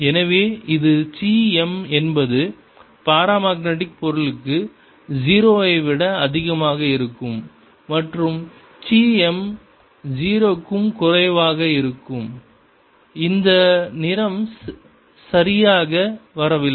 எனவே இது சி m என்பது பரமக்நெடிக் பொருட்களுக்கு 0 ஐ விட அதிகமாக இருக்கும் மற்றும் சி m 0 க்கும் குறைவாக இருக்கும் இந்த நிறம் சரியாக வரவில்லை